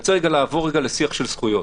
אני רוצה לעבור רגע לשיח של זכויות,